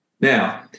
Now